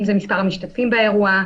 אם זה מספר המשתתפים באירוע,